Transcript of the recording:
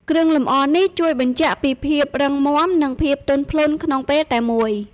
គ្រឿងលម្អនេះជួយបញ្ជាក់ពីភាពរឹងមាំ និងភាពទន់ភ្លន់ក្នុងពេលតែមួយ។